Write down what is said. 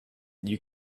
you